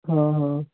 ਹਾਂ ਹਾਂ